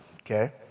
Okay